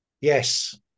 Yes